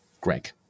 Greg